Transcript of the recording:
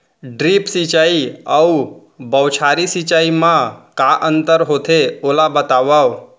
Drip सिंचाई अऊ बौछारी सिंचाई मा का अंतर होथे, ओला बतावव?